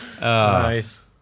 Nice